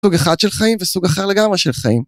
סוג אחד של חיים וסוג אחר לגמרי של חיים.